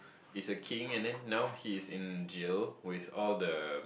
is a king and then now he is in jail with all the